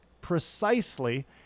precisely